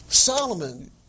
Solomon